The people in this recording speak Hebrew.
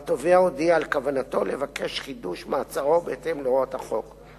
והתובע הודיע על כוונתו לבקש את חידוש מעצרו בהתאם להוראות החוק.